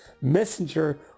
messenger